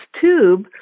tube